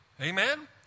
Amen